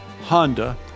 Honda